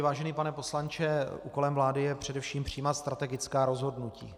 Vážený pane poslanče, úkolem vlády je především přijímat strategická rozhodnutí.